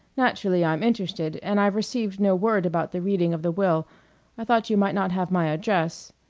naturally i'm interested, and i've received no word about the reading of the will i thought you might not have my address.